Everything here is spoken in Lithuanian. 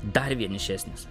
dar vienišesnis